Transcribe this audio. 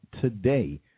today